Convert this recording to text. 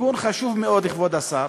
תיקון חשוב מאוד, כבוד השר,